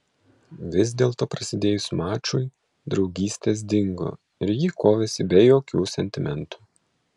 vis dėlto prasidėjus mačui draugystės dingo ir ji kovėsi be jokių sentimentų